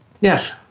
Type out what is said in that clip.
Yes